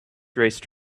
raced